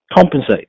compensate